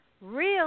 Real